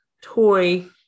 toy